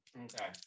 okay